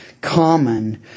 common